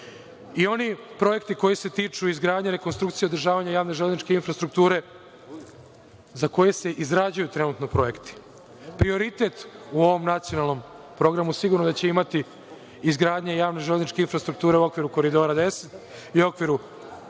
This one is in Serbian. i oni projekti koji se tiču izgradnje, rekonstrukcije i održavanja javne železničke infrastrukture za koje se izrađuju trenutno projekti. Prioritet u ovom nacionalnom programu sigurno da će imati izgradnja javne železničke infrastrukture u okviru Koridora 10 i u okviru